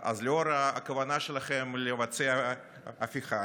אז לאור הכוונה שלכם לבצע הפיכה,